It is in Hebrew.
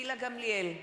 גילה גמליאל,